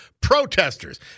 protesters